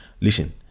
Listen